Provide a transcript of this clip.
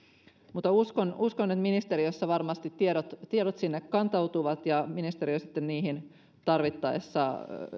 uskon uskon että ministeriöön varmasti tiedot tiedot kantautuvat ja ministeriö sitten niihin tarvittaessa